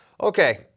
Okay